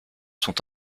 sont